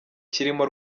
kirimo